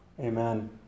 Amen